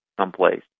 someplace